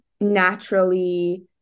naturally